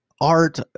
art